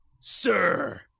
Sir